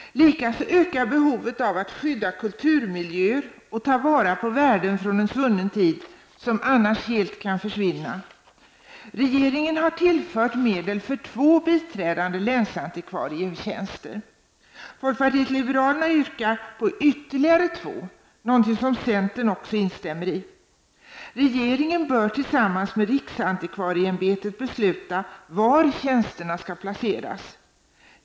Likaså ökar behovet av att skydda kulturmiljöer och av att ta vara på värden från en svunnen tid, vilka annars helt kan försvinna. Regeringen har tillfört medel för två biträdande länsantikvarietjänster. Folkpartiet liberalerna yrkar på ytterligare två, något som centern instämmer i. Regeringen bör tillsammans med riksantikvarieämbetet besluta var tjänsterna skall placeras.